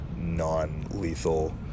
non-lethal